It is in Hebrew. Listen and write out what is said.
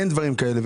אין דברים כאלה.